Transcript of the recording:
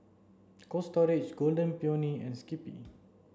Cold Storage Golden Peony and Skippy